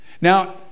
Now